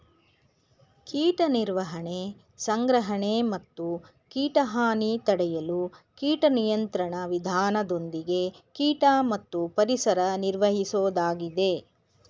ಕೀಟ ನಿರ್ವಹಣೆ ಸಂಗ್ರಹಣೆ ಮತ್ತು ಕೀಟ ಹಾನಿ ತಡೆಯಲು ಕೀಟ ನಿಯಂತ್ರಣ ವಿಧಾನದೊಂದಿಗೆ ಕೀಟ ಮತ್ತು ಪರಿಸರ ನಿರ್ವಹಿಸೋದಾಗಿದೆ